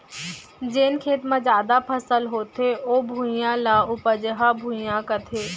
जेन खेत म जादा फसल होथे ओ भुइयां, ल उपजहा भुइयां कथें